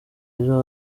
ejo